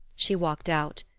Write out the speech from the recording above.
she walked out.